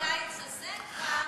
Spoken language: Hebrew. מה שהובטח לי, ואת זה הבאתי כאן